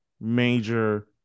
major